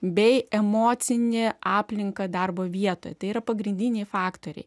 bei emocinę aplinką darbo vietoje tai yra pagrindiniai faktoriai